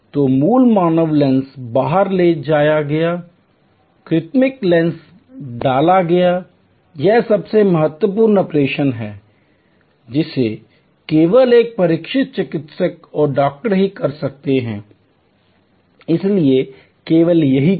तो मूल मानव लेंस बाहर ले जाया गया कृत्रिम लेंस डाला गया यह सबसे महत्वपूर्ण ऑपरेशन है जिसे केवल एक प्रशिक्षित चिकित्सक और डॉक्टर ही कर सकते हैं इसलिए केवल यही किया